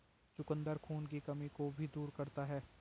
चुकंदर खून की कमी को भी दूर करता है